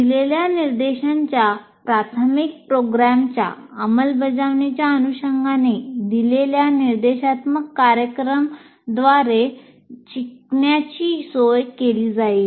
दिलेल्या निर्देशांच्या प्राथमिक प्रोग्रामच्या अंमलबजावणीच्या अनुषंगाने दिलेल्या निर्देशात्मक कार्यक्रम द्वारे शिकण्याची सोय केली जाईल